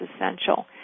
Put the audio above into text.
essential